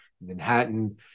Manhattan